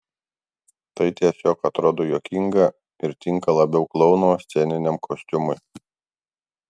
tai tiesiog atrodo juokinga ir tinka labiau klouno sceniniam kostiumui